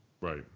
Right